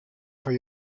foar